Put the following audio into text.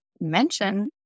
mention